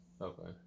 Okay